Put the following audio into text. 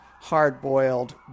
hard-boiled